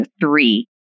three